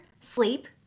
sleep